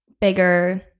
bigger